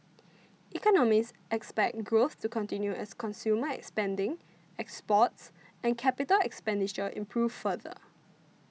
economists expect growth to continue as consumer spending exports and capital expenditure improve further